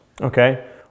Okay